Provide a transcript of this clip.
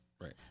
Right